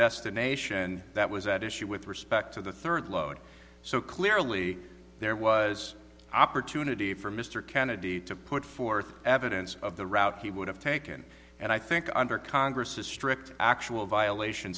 destination that was at issue with respect to the third load so clearly there was opportunity for mr kennedy to put forth evidence of the route he would have taken and i think under congress strict actual violation